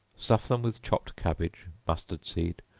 stuff them with chopped cabbage, mustard seed,